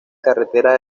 carretera